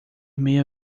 meia